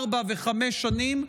ארבע וחמש שנים,